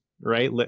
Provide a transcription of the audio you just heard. right